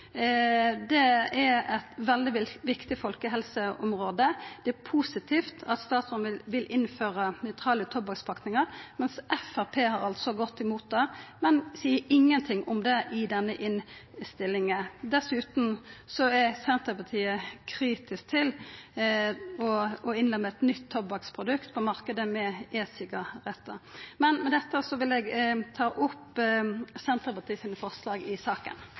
Det er eit veldig viktig folkehelseområde. Det er positivt at statsråden vil innføra nøytrale tobakkspakningar. Framstegspartiet har gått imot det, men seier ingenting om det i denne innstillinga. Senterpartiet er dessutan kritisk til å innlemma eit nytt tobakksprodukt – e-sigarettar – på marknaden. Med dette vil eg ta opp Senterpartiets forslag i saka.